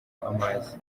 amazi